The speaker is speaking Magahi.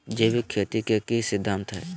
जैविक खेती के की सिद्धांत हैय?